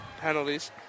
penalties